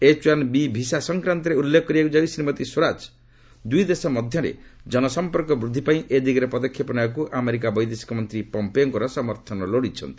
H one B visa ସଂକ୍ରାନ୍ତରେ ଉଲ୍ଲେଖ କରିବାକୁ ଯାଇ ଶ୍ରୀମତୀ ସ୍ୱରାଜ ଦୁଇ ଦେଶ ମଧ୍ୟରେ ଜନସଂପର୍କ ବୃଦ୍ଧି ପାଇଁ ଏ ଦିଗରେ ପଦକ୍ଷେପ ନେବାକୁ ଆମେରିକା ବୈଦେଶିକ ମନ୍ତ୍ରୀ ପମ୍ପେଓଙ୍କର ସମର୍ଥନ ଲୋଡ଼ିଛନ୍ତି